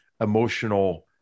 emotional